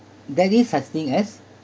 there is such thing as